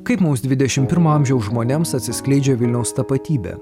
kaip mums dvidešimt pirmojo amžiaus žmonėms atsiskleidžia vilniaus tapatybė